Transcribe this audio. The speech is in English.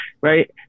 right